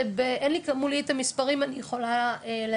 אין לי כאן מולי את המספרים אני יכולה להגיד,